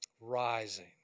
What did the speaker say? rising